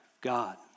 God